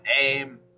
name